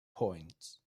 point